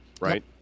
right